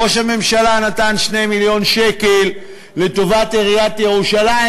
ראש הממשלה נתן 2 מיליון שקל לטובת עיריית ירושלים,